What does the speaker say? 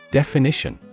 definition